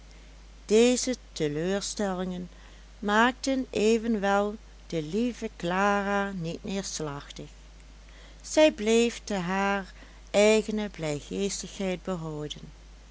deze teleurstellingen maakten evenwel de lieve clara niet neerslachtig zij bleef de haar eigene blijgeestigheid behouden